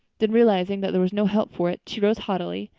then, realizing that there was no help for it, she rose haughtily,